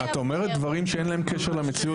את אומרת דברים שאין להם קשר למציאות,